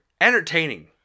Entertaining